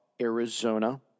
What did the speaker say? Arizona